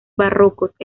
barrocos